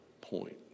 point